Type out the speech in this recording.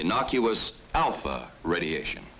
innocuous alpha radiation